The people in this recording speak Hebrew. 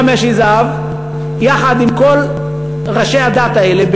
יהודה משי-זהב יחד עם כל ראשי הדת האלה,